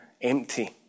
empty